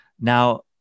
now